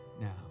now